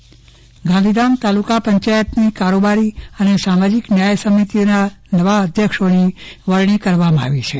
કારોબારી અધ્યક્ષ ગાંધીધામ તાલુકા પંચાયતની કારોબારી અને સામાજિક ન્યાય સમિતિઓના નવા અધ્યક્ષોની વરણી કરવામાં આવી છે